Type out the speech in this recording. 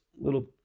little